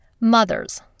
mothers